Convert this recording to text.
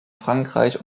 frankreich